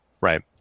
Right